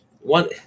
One